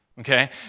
Okay